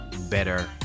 better